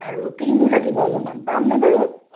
আৰু ক্ৰীমো লাগিব অলপমান পামনে বাৰু